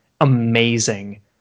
amazing